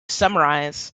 summarize